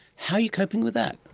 how are you coping with that?